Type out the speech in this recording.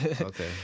Okay